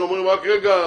שאומרים רק רגע,